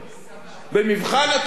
במבחן התוצאה,